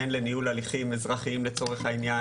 הן לניהול הליכים אזרחיים לצורך העניין.